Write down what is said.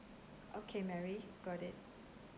okay mary got it